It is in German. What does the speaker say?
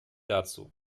dazu